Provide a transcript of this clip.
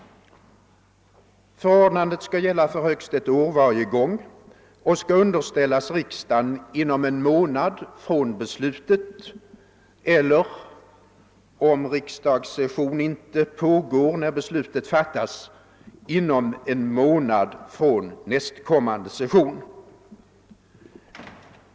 Förordnandet skall gälla för högst ett år varje gång och skall underställas riksdagen inom en månad från beslutet eller — om riksdagssession inte pågår när beslutet fattas — inom en månad från nästkommande session.